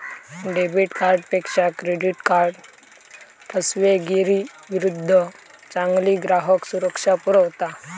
debit कार्डपेक्षा credit card फसवेगिरीविरुद्ध चांगली ग्राहक सुरक्षा पुरवता